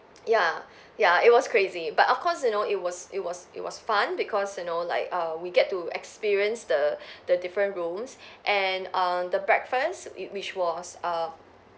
yeah yeah it was crazy but of course you know it was it was it was fun because you know like err we get to experience the the different rooms and err the breakfast which was err